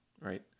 right